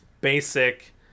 basic